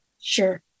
sure